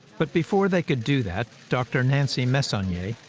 but before they could do that, dr. nancy messonnier,